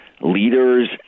leaders